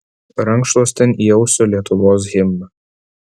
rankšluostin įausiu lietuvos himną